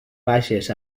baixes